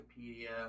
Wikipedia